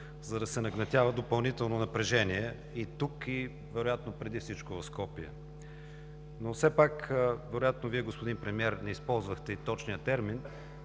за да се нагнетява допълнително напрежение – тук, и вероятно преди всичко в Скопие. Вероятно Вие, господин Премиер, не използвахте и точния термин,